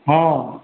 हॅं